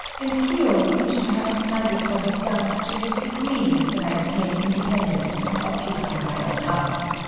and kiyo seemed to have decided for herself to live with me when i became independent and occupy my own house.